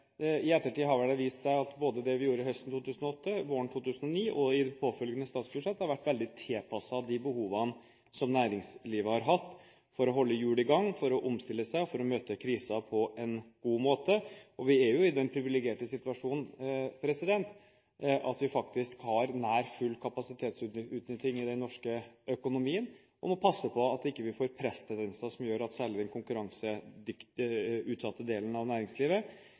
I ettertid har det vel vist seg at både det vi gjorde i 2008, våren 2009 og i påfølgende statsbudsjett har vært veldig tilpasset de behovene som næringslivet har hatt for å holde hjulene i gang, for å omstille seg og for å møte krisen på en god måte. Og vi er jo i den privilegerte situasjon at vi faktisk har nær full kapasitetsutnytting i den norske økonomien, og må passe på at vi ikke får presstendenser som gjør at særlig den konkurranseutsatte delen av næringslivet